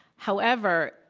however,